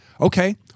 okay